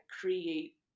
create